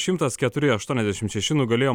šimtas keturi aštuoniasdešimt šeši nugalėjo